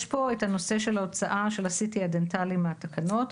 יש פה את הנושא של ההוצאה של ה-CT הדנטלי מהתקנות.